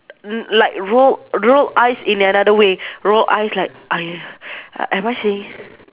l~ like roll roll ice in an another way roll ice is like !aiya! uh am I saying